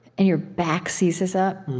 and your back seizes up.